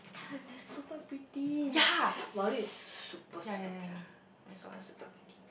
and they're super pretty Maldives is super super pretty super super pretyy